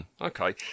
Okay